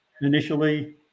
initially